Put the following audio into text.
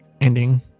ending